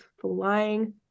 flying